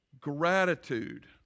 Gratitude